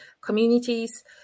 communities